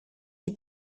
die